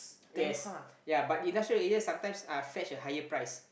yes ya but industrial area sometimes uh fetch a higher price